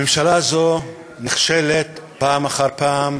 הממשלה הזאת נכשלת פעם אחר פעם,